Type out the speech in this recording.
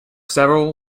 several